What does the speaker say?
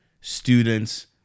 students